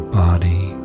body